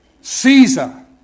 Caesar